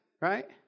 Right